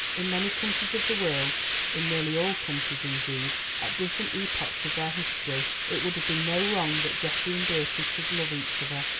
in many countries of the world in nearly all countries, indeed, at different epochs of their history it would have been no wrong that geoffrey and beatrice should love each other,